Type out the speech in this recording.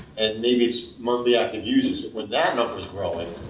and maybe it's monthly active users. when that number is growing